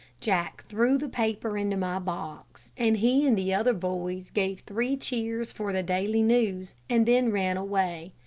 jack threw the paper into my box, and he and the other boys gave three cheers for the daily news and then ran away.